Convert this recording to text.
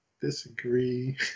disagree